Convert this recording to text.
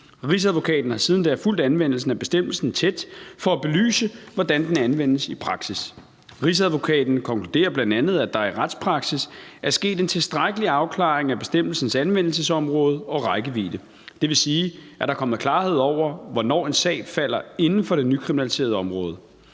Rigsadvokaten har siden da fulgt anvendelsen af bestemmelsen tæt for at belyse, hvordan den anvendes i praksis. Rigsadvokaten konkluderer bl.a., at der i retspraksis er sket en tilstrækkelig afklaring af bestemmelsens anvendelsesområde og rækkevidde. Det vil sige, at der er kommet klarhed over, hvornår en sag falder inden for det nykriminaliserede område.